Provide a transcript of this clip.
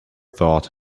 thought